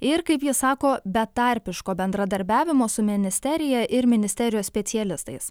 ir kaip jis sako betarpiško bendradarbiavimo su ministerija ir ministerijos specialistais